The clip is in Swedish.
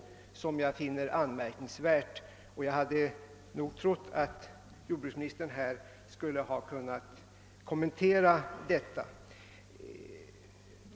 Jag hade nog trott att jordbruksministern här skulle ha kunnat kommentera detta.